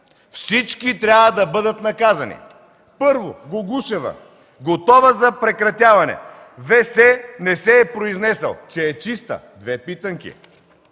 всички трябва да бъдат наказани. Първо, Гугушева готова за прекратяване, ВСС – не се е произнесъл, че е чиста??” С две питанки!